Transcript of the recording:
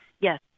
yes